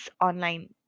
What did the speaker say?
online